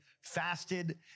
fasted